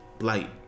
light